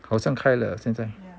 好像开了现在